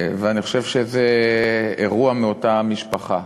אני חושב שזה אירוע מאותה משפחה.